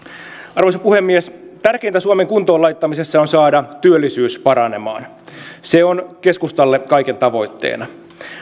arvoisa puhemies tärkeintä suomen kuntoon laittamisessa on saada työllisyys paranemaan se on keskustalle kaiken tavoitteena